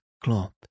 cloth